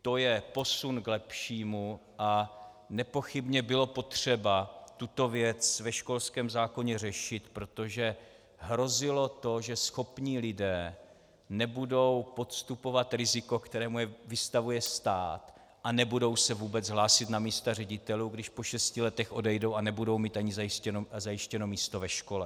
To je posun k lepšímu a nepochybně bylo potřeba tuto věc ve školském zákoně řešit, protože hrozilo to, že schopní lidé nebudou podstupovat riziko, kterému je vystavuje stát, a nebudou se vůbec hlásit na místa ředitelů, když po šesti letech odejdou a nebudou mít ani zajištěno místo ve škole.